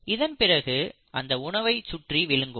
இதன் பிறகு அந்த உணவை சுற்றி விழுங்கும்